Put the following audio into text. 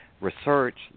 research